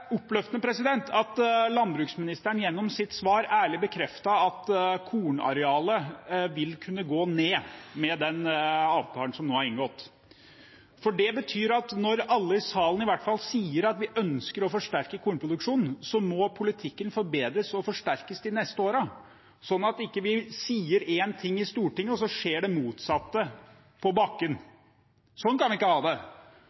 oppløftende at landbruksministeren gjennom sitt svar ærlig bekreftet at kornarealet vil kunne gå ned med den avtalen som nå er inngått. Det betyr at når alle i salen i hvert fall sier at vi ønsker å forsterke kornproduksjonen, må politikken forbedres og forsterkes de neste årene, slik at vi ikke sier én ting i Stortinget, og så skjer det motsatte på bakken. Sånn kan vi ikke ha det.